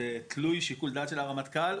דבר אחד.